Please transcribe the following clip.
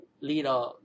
leader